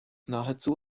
nahezu